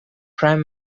prime